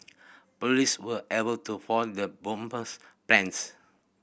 police were able to foil the bomber's plans